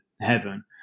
heaven